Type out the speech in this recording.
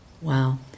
Wow